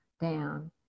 down